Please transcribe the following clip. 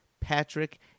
Patrick